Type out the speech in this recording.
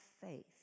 faith